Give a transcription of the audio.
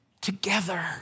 together